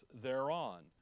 thereon